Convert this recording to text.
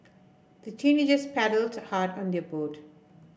the teenagers paddled hard on their boat